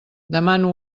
demano